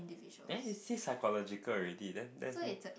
there you see psychological already there there that's